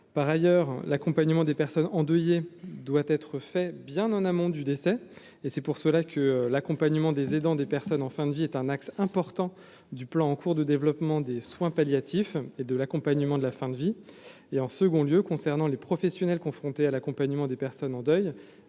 par ailleurs, l'accompagnement des personnes endeuillées doit être fait, bien en amont du décès et c'est pour cela que l'accompagnement des aidants, des personnes en fin de vie est un axe important du plan en cours de développement des soins palliatifs et de l'accompagnement de la fin de vie et en second lieu concernant les professionnels confrontés à l'accompagnement des personnes en deuil.